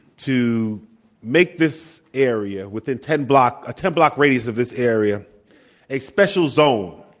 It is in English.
to make this area within ten block a ten block radius of this area a special zone,